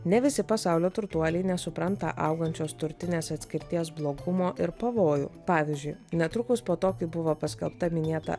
ne visi pasaulio turtuoliai nesupranta augančios turtinės atskirties blogumo ir pavojų pavyzdžiui netrukus po to kai buvo paskelbta minėta